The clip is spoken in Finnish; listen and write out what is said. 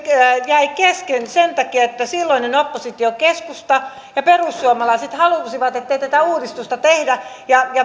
jäi kesken sen takia että silloinen oppositio keskusta ja perussuomalaiset halusivat ettei uudistusta tehdä